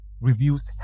reviews